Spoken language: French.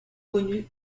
connue